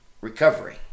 recovery